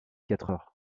quatre